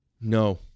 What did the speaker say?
No